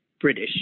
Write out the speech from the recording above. British